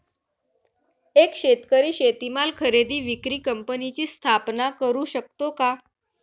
एक शेतकरी शेतीमाल खरेदी विक्री कंपनीची स्थापना करु शकतो का?